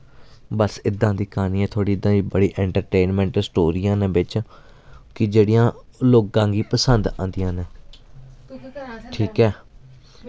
बस इद्दां दी क्हानी ऐ थोह्ड़ी दे बड़ी एंट्रटेनमैंट स्टोरियां न बिच्च कि जेह्ड़ियां लोगां गी पसंद आंदियां नै ठीक ऐ